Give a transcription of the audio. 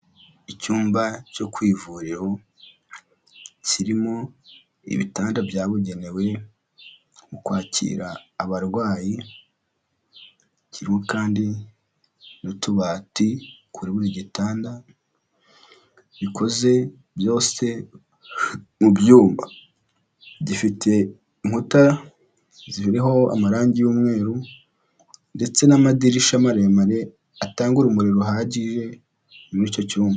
Icyumba cyo ku ivuriro kirimo ibitanda byabugenewe mu kwakira abarwayi. Kirimo kandi n'utubati kuri buri gitanda bikoze byose mu byuma. Gifite inkuta ziriho amarangi y'umweru ndetse n'amadirisha maremare atanga urumuri ruhagije muri icyo cyumba.